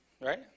right